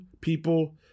people